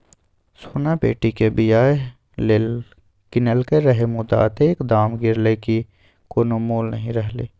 सोना बेटीक बियाह लेल कीनलकै रहय मुदा अतेक दाम गिरलै कि कोनो मोल नहि रहलै